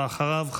ואחריו,